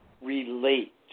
relate